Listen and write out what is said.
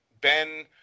Ben